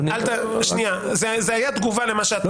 אדוני --- שנייה, זה היה תגובה למה שאמרת.